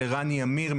לרני עמיר,